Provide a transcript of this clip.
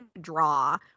draw